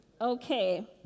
Okay